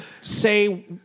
say